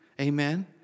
Amen